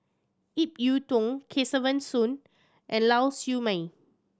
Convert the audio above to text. Ip Yiu Tung Kesavan Soon and Lau Siew Mei